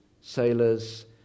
sailors